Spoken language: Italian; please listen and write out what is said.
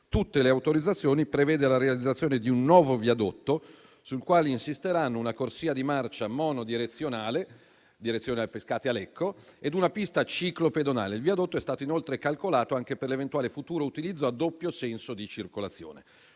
tutte le autorizzazioni, prevede la realizzazione di un nuovo viadotto, sul quale insisteranno una corsia di marcia monodirezionale, con direzione da Pescate a Lecco, ed una pista ciclopedonale. Il viadotto è stato inoltre calcolato anche per l'eventuale futuro utilizzo a doppio senso di circolazione.